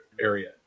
area